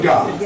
God